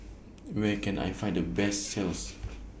Where Can I Find The Best sells